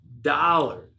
dollars